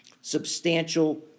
substantial